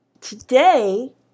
today